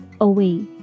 away